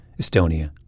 Estonia